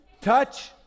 Touch